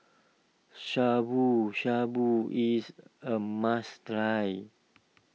Shabu Shabu is a must try